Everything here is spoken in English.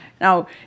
Now